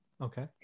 Okay